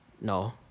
No